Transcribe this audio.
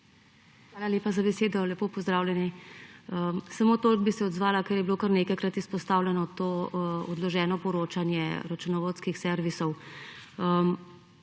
Hvala lepa za besedo. Lepo pozdravljeni! Samo toliko bi se odzvala, ker je bilo kar nekajkrat izpostavljeno to odloženo poročanje računovodskih servisov.